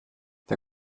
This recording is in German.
der